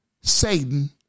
Satan